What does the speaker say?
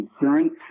insurance